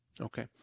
Okay